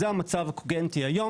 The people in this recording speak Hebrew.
זה המצב הקוגנטי היום.